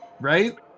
right